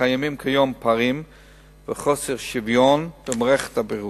קיימים היום פערים וחוסר שוויון במערכת הבריאות,